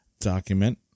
document